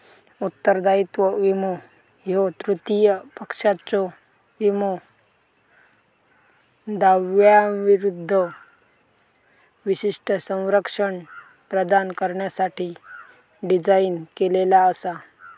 उत्तरदायित्व विमो ह्यो तृतीय पक्षाच्यो विमो दाव्यांविरूद्ध विशिष्ट संरक्षण प्रदान करण्यासाठी डिझाइन केलेला असा